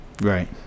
right